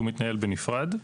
שהוא מתנהל בנפרד.